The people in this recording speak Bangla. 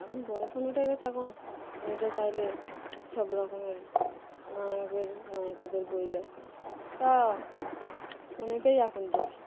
এখন বড়ো ফোন উঠে গেছে এখন নেটে চাইলে সব রকমের নায়কের নায়িকাদের বই দেয় তাও ফোনেতেই এখন দেখি